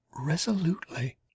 resolutely